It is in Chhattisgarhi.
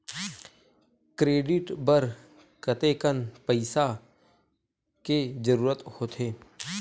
क्रेडिट बर कतेकन पईसा के जरूरत होथे?